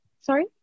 Sorry